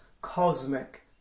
cosmic